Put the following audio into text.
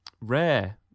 rare